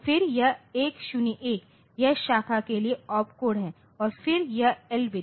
फिर यह 101 यह शाखा के लिए ओपकोड है और फिर यह L बिट